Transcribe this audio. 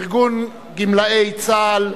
ארגון גמלאי צה"ל,